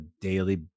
daily